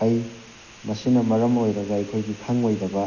ꯐꯩ ꯃꯁꯤꯅ ꯃꯔꯝ ꯑꯣꯏꯔꯒ ꯑꯩꯈꯣꯏꯒꯤ ꯈꯪꯂꯣꯏꯗꯕ